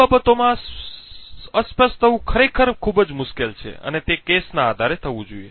આ બાબતોમાં અસ્પષ્ટ થવું ખરેખર ખૂબ જ મુશ્કેલ છે અને તે કેસના આધારે થવું જોઈએ